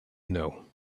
know